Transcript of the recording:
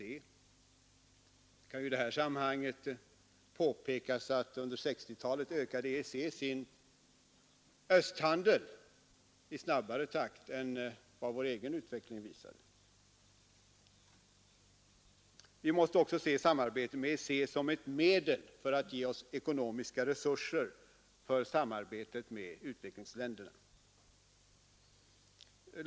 Det kan i detta sammanhang påpekas att EEC under 1960-talet ökade sin östhandel i snabbare takt än vad vi själva gjorde. Vi måste också se samarbetet med EEC som ett medel att ge oss ekonomiska resurser för samarbetet med utvecklingsländerna.